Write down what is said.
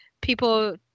people